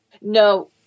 no